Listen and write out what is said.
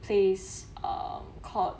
place um called